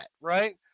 right